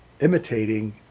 imitating